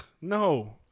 No